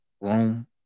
room